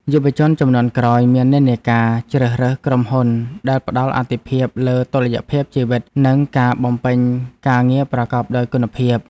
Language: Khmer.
យុវជនជំនាន់ក្រោយមាននិន្នាការជ្រើសរើសក្រុមហ៊ុនដែលផ្តល់អាទិភាពលើតុល្យភាពជីវិត និងការបំពេញការងារប្រកបដោយគុណភាព។